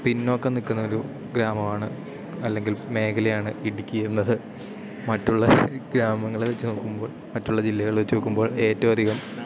പിന്നോക്കം നിൽക്കൊന്നുരു ഗ്രാമമാണ് അല്ലെങ്കിൽ മേഖലയാണ് ഇടുക്കിയെന്നത് മറ്റുള്ള ഗ്രാമങ്ങളെ വെച്ചു നോക്കുമ്പോൾ മറ്റുള്ള ജില്ലകളെ വെച്ചു നോക്കുമ്പോൾ ഏറ്റവും അധികം